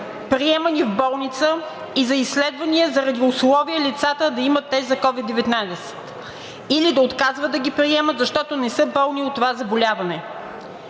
приемане в болница и за изследвания заради условие лицата да имат тест за COVID-19 или да отказват да ги приемат, защото не са болни от това заболяване?